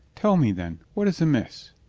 tell me, then, what is amiss?